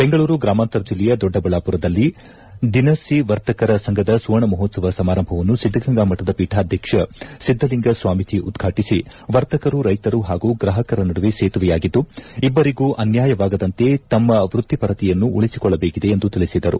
ಬೆಂಗಳೂರು ಗ್ರಾಮಾಂತರ ಜಿಲ್ಲೆಯ ದೊಡ್ಡಬಳ್ಳಾಪುರದಲ್ಲಿ ದಿನಸಿ ವರ್ತಕರ ಸಂಘದ ಸುವರ್ಣ ಮಹೋತ್ವವ ಸಮಾರಂಭವನ್ನು ಸಿದ್ಧಗಂಗಾ ಮಠದ ಪೀಠಾಧ್ಯಕ್ಷ ಸಿದ್ದಲಿಂಗ ಸ್ವಾಮಿಜಿ ಉದ್ಘಾಟಿಸಿ ವರ್ತಕರು ರೈಶರು ಹಾಗೂ ಗ್ರಾಪಕರ ನಡುವೆ ಸೇತುವೆಯಾಗಿದ್ದು ಇಬ್ಬರಿಗೂ ಆನ್ಮಾಯವಾಗದಂತೆ ತಮ್ಮ ವ್ಯಕ್ತಿಪರತೆಯನ್ನು ಉಳಿಸಿಕೊಳ್ಳಬೇಕಿದೆ ಎಂದು ತಿಳಿಸಿದರು